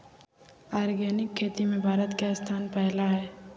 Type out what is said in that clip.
organic खेती में भारत के स्थान पहिला हइ